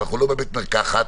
אנחנו לא בבית מרקחת,